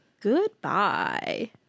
Goodbye